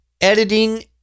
editing